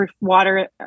water